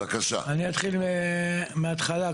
אני אתחיל מהתחלה,